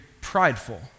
prideful